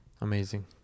amazing